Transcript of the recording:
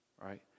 right